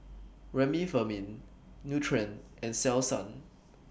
Remifemin Nutren and Selsun